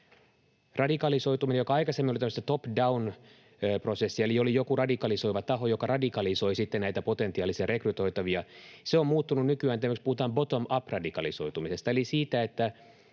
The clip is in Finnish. Radikalisoituminen oli aikaisemmin tämmöistä top-down-prosessia, eli oli joku radikalisoiva taho, joka sitten radikalisoi potentiaalisia rekrytoitavia. Mutta se on muuttunut tämmöiseksi, puhutaan bottom-up‑radikalisoitumisesta, eli henkilö itse